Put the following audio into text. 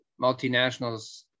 multinationals